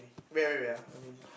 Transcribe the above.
wait wait wait ah let me